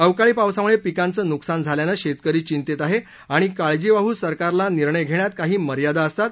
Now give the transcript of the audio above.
अवकाळी पावसामुळे पिकांचं नुकसान झाल्यानं शेतकरी चिंतेत आहे आणि काळजीवाहू सरकारला निर्णय घेण्यात काही मर्यादा असतात